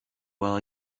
while